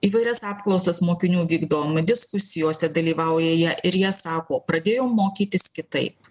įvairias apklausas mokinių vykdom diskusijose dalyvauja jie ir jie sako pradėjau mokytis kitaip